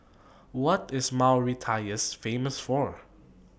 What IS Mauritius Famous For